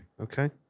Okay